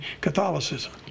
Catholicism